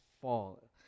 fall